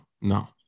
no